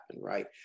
right